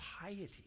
piety